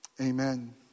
Amen